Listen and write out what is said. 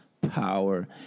power